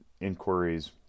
inquiries